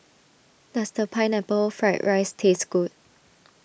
does Pineapple Fried Rice taste good